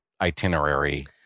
itinerary